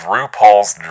RuPaul's